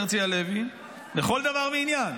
הרצי הלוי, לכל דבר ועניין.